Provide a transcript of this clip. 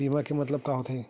बीमा के मतलब का होथे?